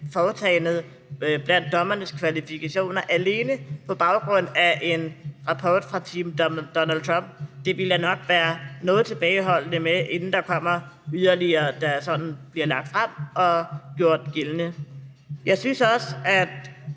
foretagendet på grund af dommernes kvalifikationer kun på baggrund af en rapport fra Team Donald Trump, ville jeg nok være noget tilbageholdende med, inden der kommer yderligere, der sådan bliver lagt frem og bliver gjort gældende. Jeg synes også, at